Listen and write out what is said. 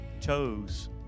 chose